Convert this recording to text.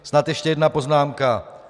Snad ještě jedna poznámka.